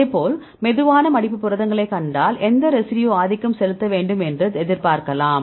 அதேபோல் மெதுவான மடிப்பு புரதங்களைக் கண்டால் எந்த ரெசிடியூ ஆதிக்கம் செலுத்த வேண்டும் என்று எதிர்பார்க்கலாம்